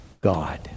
God